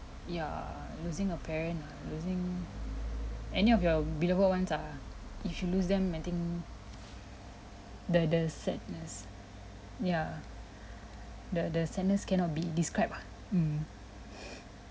ya losing a parent ah losing any of your beloved ones ah if you lose them I think the the sadness yeah the the sadness cannot be described ah mm